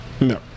No